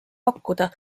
pakkuda